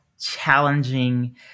challenging